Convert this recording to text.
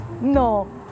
No